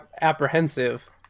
apprehensive